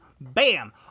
bam